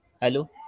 Hello